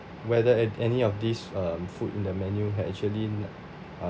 whether a~ any of these um food in the menu had actually nut uh